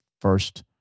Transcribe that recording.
first